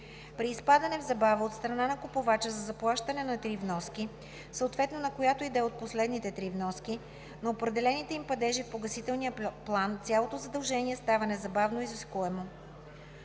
При изпадане в забава от страна на купувача за заплащане на три вноски, съответно на която и да е от последните три вноски, на определените им падежи в погасителния план цялото задължение става незабавно изискуемо.